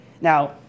Now